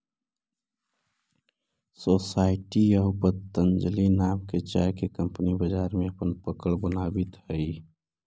society आउ पतंजलि नाम के चाय के कंपनी बाजार में अपन पकड़ बनावित हइ